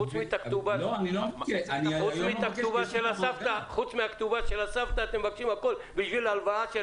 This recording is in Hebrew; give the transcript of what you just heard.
חוץ מאת הכתובה של הסבתא אתם מבקשים הכול בשביל הלוואה,